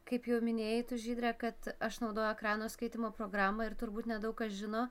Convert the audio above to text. kaip jau minėjai tu žydre kad aš naudoju ekrano skaitymo programą ir turbūt nedaug kas žino